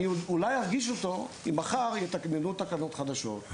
אולי אני ארגיש אותו אם מחר יתקננו תקנות חדשות.